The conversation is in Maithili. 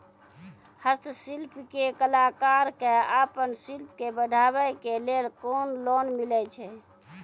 हस्तशिल्प के कलाकार कऽ आपन शिल्प के बढ़ावे के लेल कुन लोन मिलै छै?